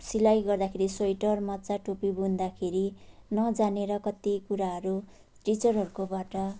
सिलाइ गर्दाखेरि स्वेटर मोजा टोपी बुन्दाखेरि नजानेर कति कुारहरू टिचरहरूकोबाट